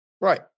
Right